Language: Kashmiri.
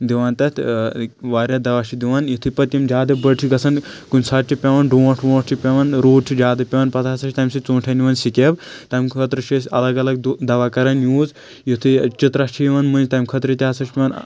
دِوان تتھ واریاہ دوہ چھِ دِوان یِتھُے پتہٕ یِم زیادٕ بٔڑ چھِ گژھان کُنہِ ساتہٕ چھِ پؠوان ڈونٛٹھ وونٛٹھ چھِ پؠوان روٗد چھُ زیادٕ پؠوان پتہٕ ہسا چھِ تمہِ سۭتۍ ژوٗنٛٹھؠن یِوان سِکیب تمہِ خٲطرٕ چھِ أسۍ الگ الگ دوہ کران یوٗز یُتھے چطرا چھِ یِوان مٔنٛزۍ تمہِ خٲطرٕ تہِ ہسا چھُ پؠوان